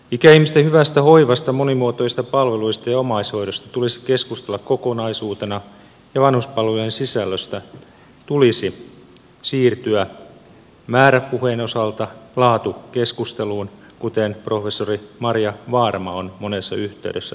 ikäihmisten hyvästä hoivasta monimuotoisista palveluista ja omaishoidosta tulisi keskustella kokonaisuutena ja vanhuspalvelujen sisällöstä tulisi siirtyä määräpuheen osalta laatukeskusteluun kuten professori marja vaarama on monessa yhteydessä todennut